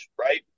right